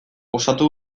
osatu